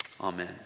amen